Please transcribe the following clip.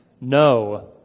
No